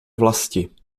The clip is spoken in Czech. vlasti